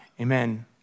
Amen